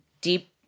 deep